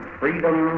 freedom